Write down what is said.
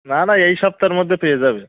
না না এই সপ্তাহর মধ্যে পেয়ে যাবে